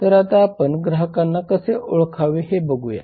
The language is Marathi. तर आता आपण ग्राहकांना कसे ओळखावे हे बघूया